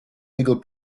legal